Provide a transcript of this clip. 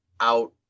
out